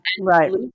right